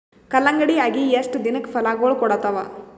ಕಲ್ಲಂಗಡಿ ಅಗಿ ಎಷ್ಟ ದಿನಕ ಫಲಾಗೋಳ ಕೊಡತಾವ?